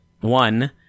one